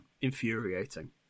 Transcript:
infuriating